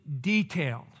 detailed